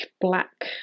black